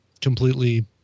completely